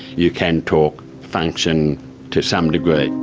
you can talk, function to some degree.